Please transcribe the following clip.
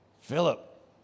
Philip